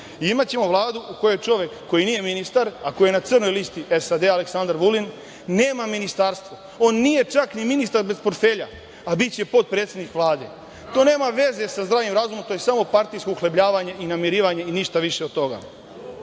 imaćemo Vladu u kojoj čovek koji nije ministar, a koji je na crnoj listi SAD, Aleksandar Vulin, nema ministarstvo. On nije čak ni ministar bez portfelja, a biće potpredsednik Vlade. To nema veze sa zdravim razumom. To je samo partijsko uhlebljavanje i namirivanje i ništa više od